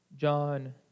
John